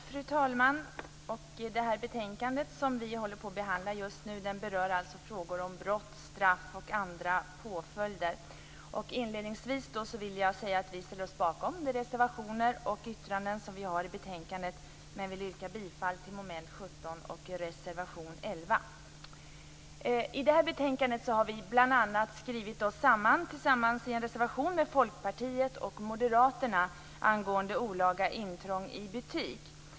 Fru talman! Det betänkandet som vi behandlar just nu berör alltså frågor om brott, straff och andra påföljder. Inledningsvis vill jag säga att vi ställer oss bakom de reservationer och yttranden som vi har i betänkandet men vill yrka bifall till reservation 11 I betänkandet har vi bl.a. skrivit oss samman i en reservation med Folkpartiet och Moderaterna angående olaga intrång i butik.